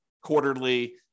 quarterly